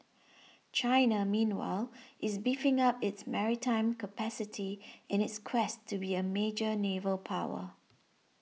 China meanwhile is beefing up its maritime capacity in its quest to be a major naval power